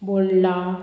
Bondla